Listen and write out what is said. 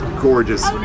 gorgeous